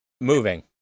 moving